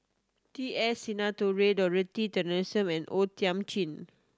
T S Sinnathuray Dorothy Tessensohn and O Thiam Chin